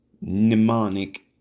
mnemonic